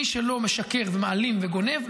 מי שלא משקר ומעלים וגונב,